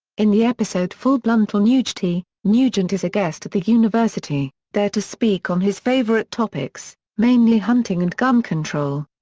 in the episode full bluntal nugety, nugent is a guest at the university, there to speak on his favorite topics, mainly hunting and gun control.